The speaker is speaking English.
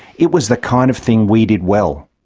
it was the kind of thing we did well.